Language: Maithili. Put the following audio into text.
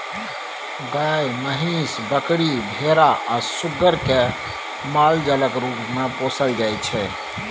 गाय, महीस, बकरी, भेरा आ सुग्गर केँ मालजालक रुप मे पोसल जाइ छै